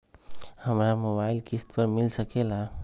हमरा मोबाइल किस्त पर मिल सकेला?